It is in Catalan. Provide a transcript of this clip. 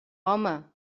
home